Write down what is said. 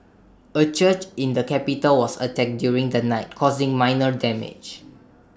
A church in the capital was attacked during the night causing minor damage